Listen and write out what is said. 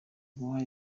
guha